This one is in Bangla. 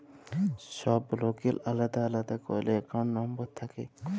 ছব লকের আলেদা আলেদা ক্যইরে একাউল্ট লম্বর থ্যাকে